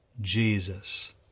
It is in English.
Jesus